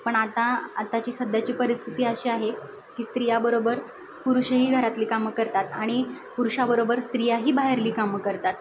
पण आता आताची सध्याची परिस्थिती अशी आहे की स्त्रियाबरोबर पुरुषही घरातली कामं करतात आणि पुरुषाबरोबर स्त्रियाही बाहेरली कामं करतात